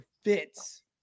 fits